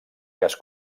cas